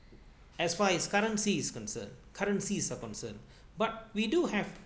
as far as currencies concern currencies are concerned but we do have